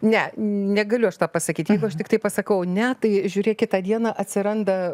ne negaliu aš to pasakyti jeigu aš tiktai pasakau ne tai žiūrėk kitą dieną atsiranda